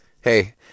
Hey